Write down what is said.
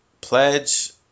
pledge